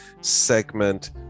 segment